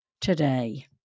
today